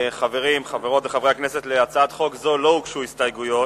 חברים, להצעת חוק זו לא הוגשו הסתייגויות,